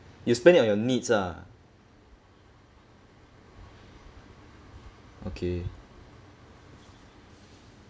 you spend it on your needs ah okay